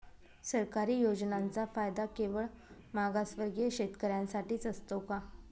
सरकारी योजनांचा फायदा केवळ मागासवर्गीय शेतकऱ्यांसाठीच असतो का?